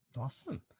Awesome